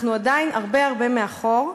אנחנו עדיין הרבה הרבה מאחור,